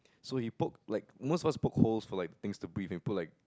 so he poked like most of us poked holes for like things to breathe he poked like